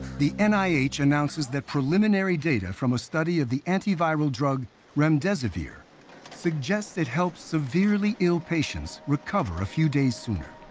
the n i h. announces that preliminary data from a study of the antiviral drug remdesivir suggests it helps severely ill patients recover a few days sooner.